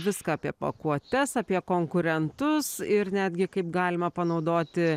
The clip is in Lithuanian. viską apie pakuotes apie konkurentus ir netgi kaip galima panaudoti